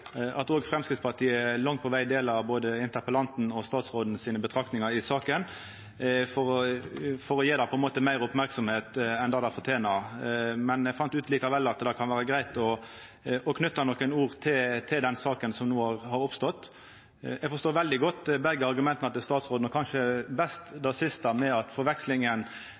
at òg Framstegspartiet langt på veg deler både interpellantens og statsrådens betraktningar i saka, og då gje dette meir merksemd enn det fortener. Men eg fann likevel ut at det kan vera greitt å knyta nokre ord til den saka som no har oppstått. Eg forstår veldig godt begge argumenta til statsråden og kanskje best det siste, om forvekslinga mellom regjeringa og det føreslegne namnet «byregjering», og at det ikkje er bra for regjeringa å bli identifisert med